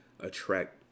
attract